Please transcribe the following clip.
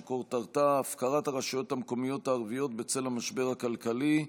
שכותרתה: הפקרת הרשויות המקומיות הערביות בצל המשבר הכלכלי,